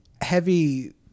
heavy